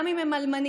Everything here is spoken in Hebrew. גם אם הם אלמנים,